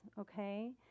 okay